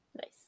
Nice